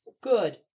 Good